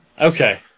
Okay